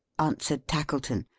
answered tackleton.